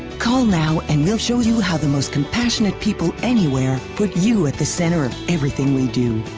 call now and we'll show you how the most compassionate people anywhere put you at the center of everything we do.